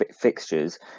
fixtures